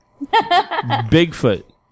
Bigfoot